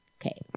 Okay